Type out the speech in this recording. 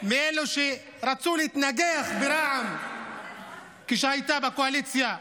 מאלו שרצו להתנגח ברע"מ כשהייתה בקואליציה.